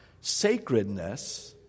sacredness